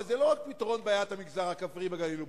אבל זה לא רק פתרון בעיית המגזר הכפרי בגליל ובנגב,